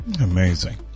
amazing